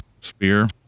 spear